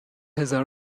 هزار